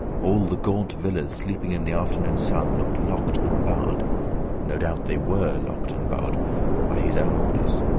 all the gaunt villas, sleeping in the afternoon sun, looked locked and barred no doubt they were locked and barred by his own orders.